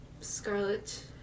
scarlet